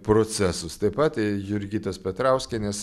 procesus taip pat jurgitos petrauskienės